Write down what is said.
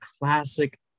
classic